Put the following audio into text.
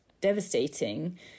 devastating